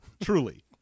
truly